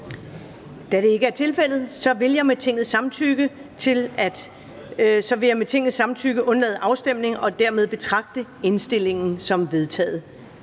Da det ikke er tilfældet, vil jeg med Tingets samtykke til at undlade afstemning dermed betragte indstillingen som vedtaget.